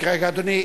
רק רגע, אדוני.